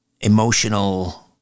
emotional